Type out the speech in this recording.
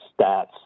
stats